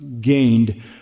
gained